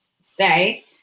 stay